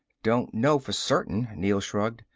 don't know for certain, neel shrugged.